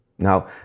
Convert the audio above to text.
Now